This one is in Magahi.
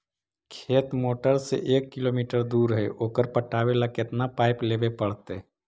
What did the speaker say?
खेत मोटर से एक किलोमीटर दूर है ओकर पटाबे ल केतना पाइप लेबे पड़तै?